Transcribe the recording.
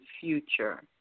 future